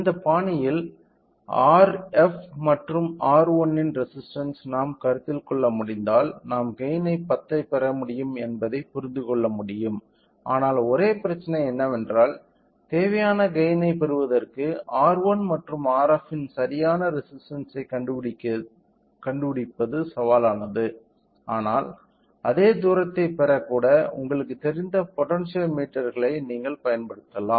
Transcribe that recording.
இந்த பாணியில் Rf மற்றும் R1 இன் ரெசிஸ்டன்ஸ் நாம் கருத்தில் கொள்ள முடிந்தால் நாம் கெய்ன் 10 ஐ பெற முடியும் என்பதை புரிந்து கொள்ள முடியும் ஆனால் ஒரே பிரச்சனை என்னவென்றால் தேவையான கெய்ன் ஐ பெறுவதற்கு R1 மற்றும் Rf இன் சரியான ரெசிஸ்டன்ஸ் ஐ கண்டுபிடிப்பது சவாலானது ஆனால் அதே தூரத்தை பெற கூட உங்களுக்கு தெரிந்த பொட்டென்டோமீட்டர்களை நீங்கள் பயன்படுத்தலாம்